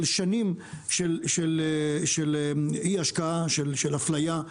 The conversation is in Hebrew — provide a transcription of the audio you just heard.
על שנים של אי השקעה ואפליה.